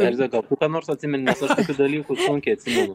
elze gal tu ką nors atsimeni nes aš tokių dalykų sunkiai atsimenu